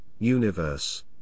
universe